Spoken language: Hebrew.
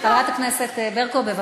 חברת הכנסת ענת ברקו, בבקשה.